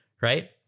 Right